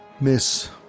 Miss